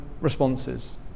responses